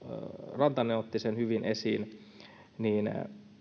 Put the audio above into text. rantanen otti sen hyvin esiin niin